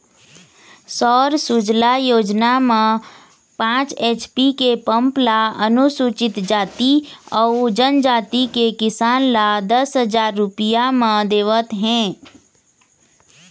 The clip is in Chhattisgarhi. सौर सूजला योजना म पाँच एच.पी के पंप ल अनुसूचित जाति अउ जनजाति के किसान ल दस हजार रूपिया म देवत हे